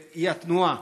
שהיא התנועה,